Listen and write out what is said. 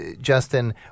Justin